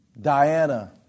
Diana